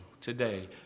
today